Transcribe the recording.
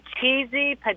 cheesy